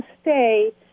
stay